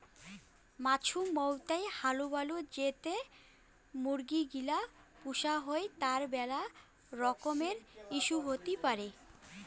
মাছুমৌতাই হালুবালু তে যে মুরগি গিলা পুষা হই তার মেলা রকমের ইস্যু হতি পারে